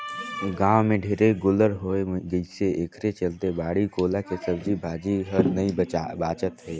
गाँव में ढेरे गोल्लर होय गइसे एखरे चलते बाड़ी कोला के सब्जी भाजी हर नइ बाचत हे